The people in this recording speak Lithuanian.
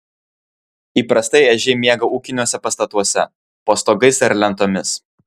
įprastai ežiai miega ūkiniuose pastatuose po stogais ar lentomis